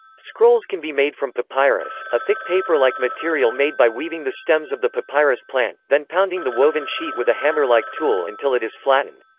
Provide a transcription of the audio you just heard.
scrolls can be made from papyrus, a thick paper-like material made by weaving the stems of the papyrus plant, then pounding the woven sheet with a hammer-like tool until it is flattened.